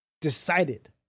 decided